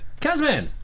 Kazman